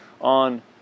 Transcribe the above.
on